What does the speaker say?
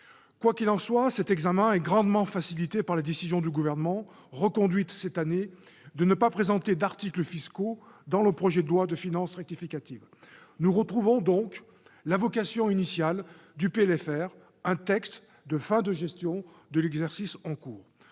Quoi qu'il en soit, notre tâche est grandement facilitée par la décision du Gouvernement, reconduite cette année, de ne pas présenter d'articles fiscaux dans le projet de loi de finances rectificative. Nous renouons ainsi avec la vocation initiale de ce texte : clore la gestion de l'exercice en cours.